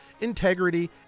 integrity